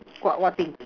got what pick